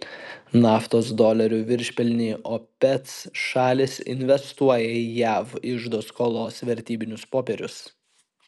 naftos dolerių viršpelnį opec šalys investuoja į jav iždo skolos vertybinius popierius